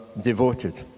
devoted